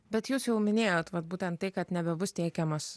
bet jūs jau minėjot vat būtent tai kad nebebus tiekiamas